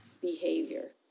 behavior